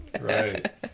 Right